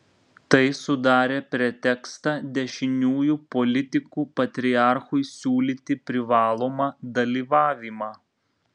tai sudarė pretekstą dešiniųjų politikų patriarchui siūlyti privalomą dalyvavimą